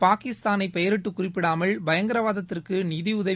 பாகிஸ்தானை பெயரிட்டுக் குறிப்பிடாமல் பயங்கரவாதத்திற்கு நிதியுதவு